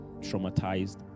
traumatized